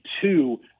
two